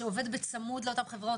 שעובד בצמוד לאותן חברות.